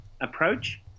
approach